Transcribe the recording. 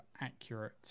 accurate